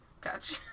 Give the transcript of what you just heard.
Gotcha